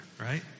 right